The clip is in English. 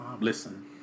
listen